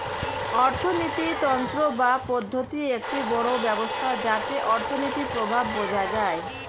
অর্থিনীতি তন্ত্র বা পদ্ধতি একটি বড় ব্যবস্থা যাতে অর্থনীতির প্রভাব বোঝা যায়